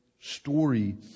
story